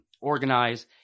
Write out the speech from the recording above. organize